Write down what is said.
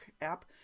app